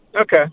okay